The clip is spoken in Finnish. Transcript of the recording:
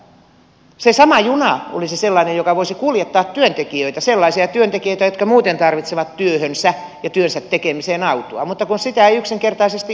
se sama juna olisi sellainen joka voisi kuljettaa työntekijöitä sellaisia työntekijöitä jotka muuten tarvitsevat työhönsä ja työnsä tekemiseen autoa mutta kun sitä ei yksinkertaisesti ole